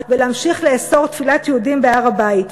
ולהמשיך לאסור תפילת יהודים בהר-הבית?